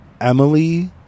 Emily